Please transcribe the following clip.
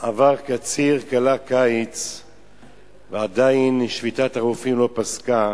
עבר קציר, כלה קיץ ועדיין שביתת הרופאים לא פסקה.